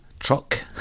truck